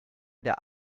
der